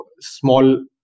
small